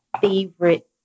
favorite